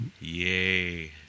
yay